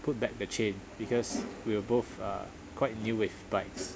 put back the chain because we were both uh quite new with bikes